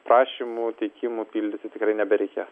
prašymų teikimų pildyti tikrai nebereikės